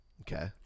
Okay